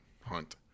hunt